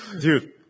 Dude